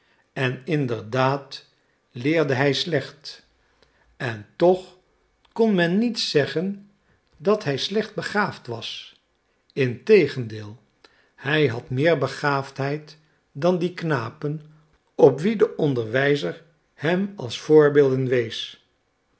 en inderdaad leerde hij slecht en toch kon men niet zeggen dat hij slecht begaafd was integendeel hij had meer begaafdheid dan die knapen op wie de onderwijzer hem als voorbeelden wees